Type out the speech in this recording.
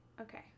Okay